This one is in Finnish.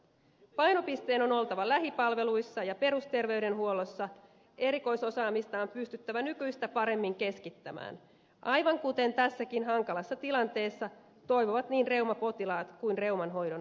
painopisteen on oltava lähipalveluissa ja perusterveydenhuollossa erikoisosaamista on pystyttävä nykyistä paremmin keskittämään aivan kuten tässäkin hankalassa tilanteessa toivovat niin reumapotilaat kuin reuman hoidon ammattilaisetkin